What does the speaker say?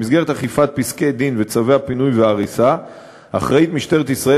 במסגרת אכיפת פסקי-דין וצווי הפינוי וההריסה אחראית משטרת ישראל